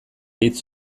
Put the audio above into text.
hitz